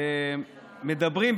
מדברים,